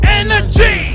energy